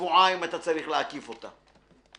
שבועיים אתה צריף להקיף אותה.